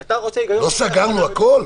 לא סגרנו הכול?